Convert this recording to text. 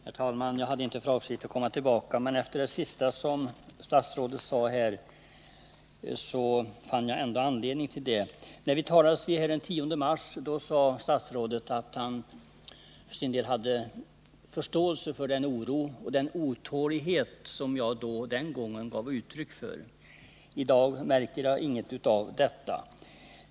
Herr talman! Jag hade inte för avsikt att komma tillbaka, men efter det som statsrådet senast sade fann jag anledning att göra det. När vi talades vid den 10 mars sade statsrådet att han för sin del hade förståelse för den oro och den otålighet som jag den gången gav uttryck för. I dag märker jag ingenting av detta.